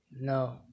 No